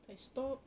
I stop